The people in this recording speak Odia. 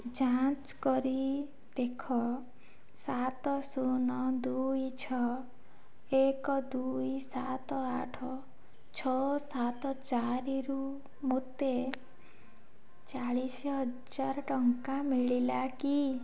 ଯାଞ୍ଚ କରି ଦେଖ ସାତ ଶୂନ ଦୁଇ ଛଅ ଏକ ଦୁଇ ସାତ ଆଠ ଛଅ ସାତ ଚାରିରୁ ମୋତେ ଚାଳିଶ ହଜାର ଟଙ୍କା ମିଳିଲା କି